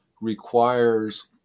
requires